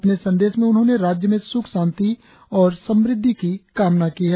अपने संदेश में उन्होंने राज्य में सुख शांति और समृद्धि की कामना की है